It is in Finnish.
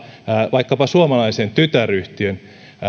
vaikkapa suomalaisen tytäryhtiön